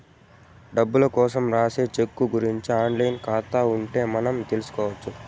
డబ్బులు కోసం రాసే సెక్కు గురుంచి ఆన్ లైన్ ఖాతా ఉంటే మనం తెల్సుకొచ్చు